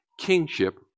kingship